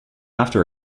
after